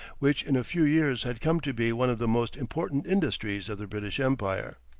which in a few years had come to be one of the most important industries of the british empire.